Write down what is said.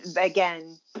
again